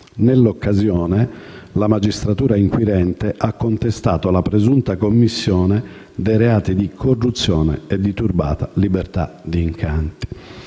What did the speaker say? Nell'occasione, la magistratura inquirente ha contestato la presunta commissione dei reati di corruzione e di turbata libertà degli incanti.